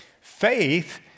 faith